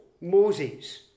Moses